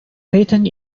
patent